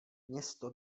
město